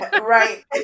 Right